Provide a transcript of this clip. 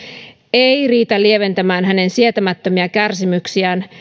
ei riitä lieventämään hänen sietämättömiä kärsimyksiään